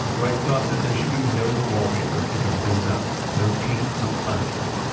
wright thought that there should be no wallpaper to cover things up. no paint, no plaster,